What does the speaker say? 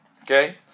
Okay